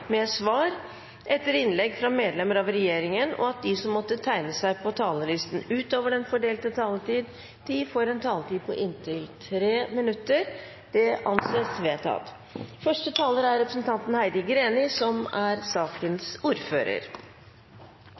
med svar etter innlegg fra medlemmer av regjeringen innenfor den fordelte taletid, og at de som måtte tegne seg på talerlisten utover den fordelte taletid, får en taletid på inntil 3 minutter. – Det anses vedtatt.